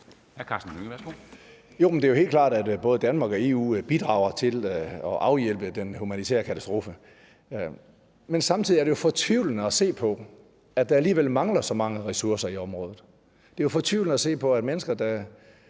Det er jo helt klart, at både Danmark og EU bidrager til at afhjælpe den humanitære katastrofe. Men samtidig er det jo fortvivlende at se på, at der alligevel mangler så mange ressourcer i området. Det er jo fortvivlende at se på mennesker, der